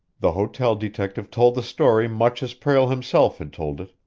the hotel detective told the story much as prale himself had told it,